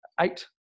eight